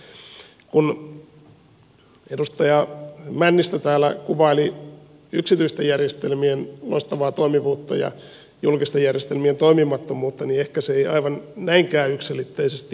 kun edustaja männistö täällä kuvaili yksityisten järjestelmien loistavaa toimivuutta ja julkisten järjestelmien toimimattomuutta niin ehkä se ei aivan näinkään yksiselitteisesti mene